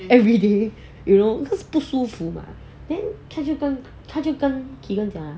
everyday you know cause 不舒服 mah then 他就跟他就跟 keegan 讲